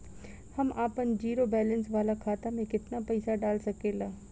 हम आपन zero balance वाला खाता मे केतना पईसा डाल सकेला?